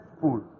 pool